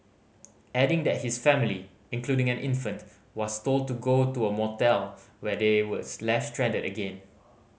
adding that his family including an infant was told to go to a motel where they was left stranded again